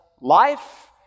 life